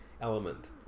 element